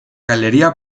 galería